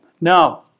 Now